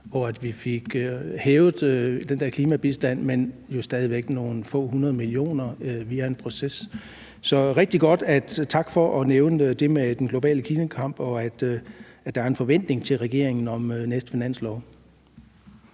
hvor vi fik hævet den der klimabistand, men jo stadig væk kun med nogle få hundrede millioner, via en proces. Så det er rigtig godt, og tak for at nævne det med den globale klimakamp, og at der er en forventning til regeringen i forhold